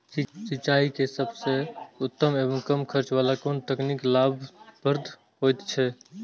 सिंचाई के सबसे उत्तम एवं कम खर्च वाला कोन तकनीक लाभप्रद होयत छै?